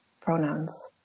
pronouns